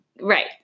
right